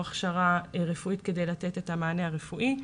הכשרה רפואית כדי לתת את המענה הרפואי,